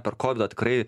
per kovidą tikrai